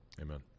amen